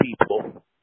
people